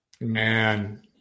Man